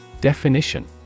Definition